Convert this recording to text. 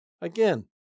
Again